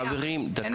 חברים, אין